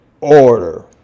order